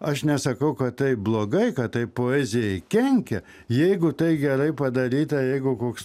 aš nesakau kad tai blogai kad tai poezijai kenkia jeigu tai gerai padaryta jeigu koks